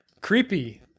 creepy